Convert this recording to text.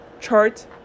chart